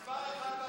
מספר אחת בהדלפות.